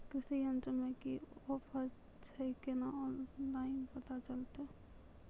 कृषि यंत्र मे की ऑफर छै केना ऑनलाइन पता चलतै?